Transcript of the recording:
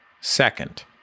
Second